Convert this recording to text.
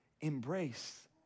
embrace